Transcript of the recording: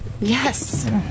Yes